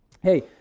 hey